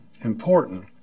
important